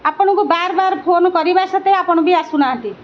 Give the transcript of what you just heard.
ଆପଣଙ୍କୁ ବାର୍ ବାର୍ ଫୋନ୍ କରିବା ସତ୍ୱେ ଆପଣ ବି ଆସୁନାହାନ୍ତି